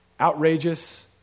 outrageous